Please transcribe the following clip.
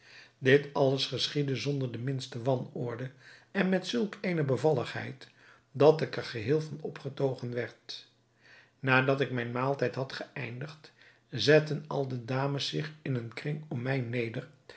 dit alles geschiedde zonder de minste wanorde en met zulk eene bevalligheid dat ik er geheel van opgetogen werd nadat ik mijn maaltijd had geëindigd zetten al de dames zich in een kring om mij neder